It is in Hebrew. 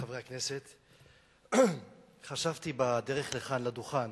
חברי הכנסת, חשבתי בדרך לדוכן